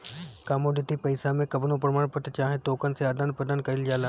commodity पईसा मे कवनो प्रमाण पत्र चाहे टोकन से आदान प्रदान कईल जाला